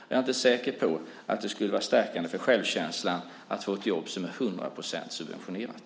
Jag är inte säker på att det skulle vara stärkande för självkänslan att få ett jobb som är till 100 % subventionerat.